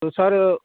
तो सर